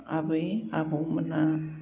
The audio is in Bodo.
आबै आबौमोनहा